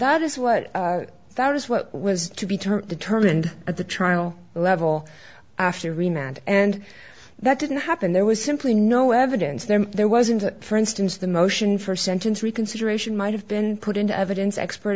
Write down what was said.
that is what that is what was to be termed determined at the trial level after remount and that didn't happen there was simply no evidence there there wasn't for instance the motion for sentence reconsideration might have been put into evidence expert